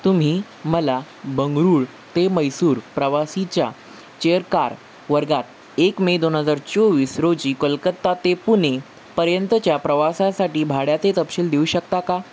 तुम्ही मला बंगळुरू ते म्हैसूर प्रवासीच्या चेअर कार वर्गात एक मे दोन हजार चोवीस रोजी कॉलकत्ता ते पुणे पर्यंतच्या प्रवासासाठी भाड्याते तपशील देऊ शकता का